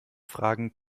fragen